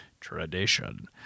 tradition